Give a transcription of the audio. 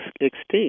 extinct